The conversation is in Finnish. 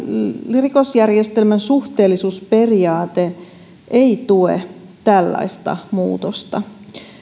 rikosjärjestelmän suhteellisuusperiaate ei tue tällaista muutosta